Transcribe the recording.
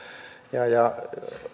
ja ja